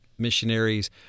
Missionaries